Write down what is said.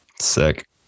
sick